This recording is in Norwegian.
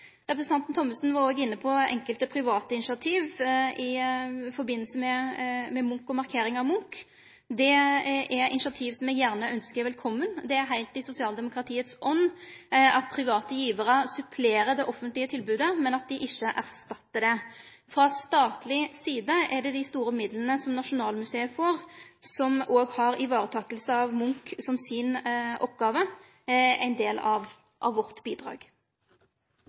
Representanten Thommessen var òg inne på enkelte private initiativ i forbindelse med Munch og markeringa av Munch. Det er eit initiativ som eg gjerne ønskjer velkommen – det er heilt i sosialdemokratiets ånd at private givarar supplerer det offentlege tilbodet, men ikkje erstattar det. Frå statleg side er dei store midlane som Nasjonalmuseet får, som òg har varetaking av Munch som si oppgåve, ein del av vårt bidrag.